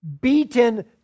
beaten